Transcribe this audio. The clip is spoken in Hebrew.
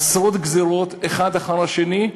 עשרות גזירות האחת אחרי השנייה,